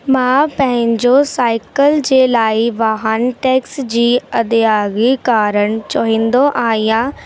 मां पंहिंजो साईकल जे लाइ वाहन टैक्स जी अदायगी करणु चाहींदो आहियां ऐं